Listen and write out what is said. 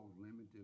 limited